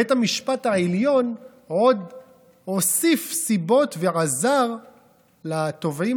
בית המשפט העליון עוד הוסיף סיבות ועזר לתובעים